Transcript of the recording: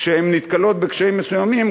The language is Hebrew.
כשהן נתקלות בקשיים מסוימים,